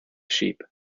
sheep